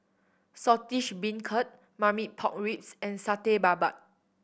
Saltish Beancurd Marmite Pork Ribs and Satay Babat